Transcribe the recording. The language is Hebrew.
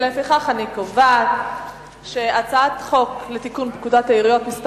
לפיכך אני קובעת שהצעת חוק לתיקון פקודת העיריות (מס'